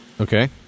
Okay